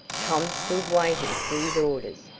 tom stood waiting for his orders.